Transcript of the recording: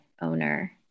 owner